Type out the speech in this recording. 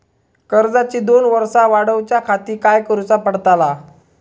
कर्जाची दोन वर्सा वाढवच्याखाती काय करुचा पडताला?